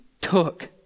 took